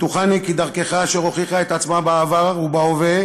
בטוחני כי דרכך, אשר הוכיחה את עצמה בעבר ובהווה,